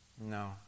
No